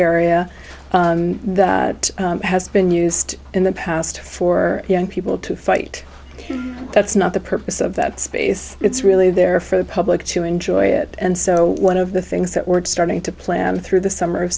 area that has been used in the past for young people to fight that's not the purpose of that space it's really there for the public to enjoy it and so one of the things that we're starting to plan through the summer of